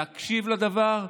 להקשיב לדבר,